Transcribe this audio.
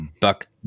Buck